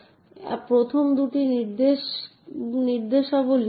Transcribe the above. এটি discretionary access control বা DAC নামে পরিচিত